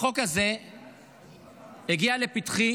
החוק הזה הגיע לפתחי